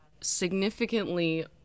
significantly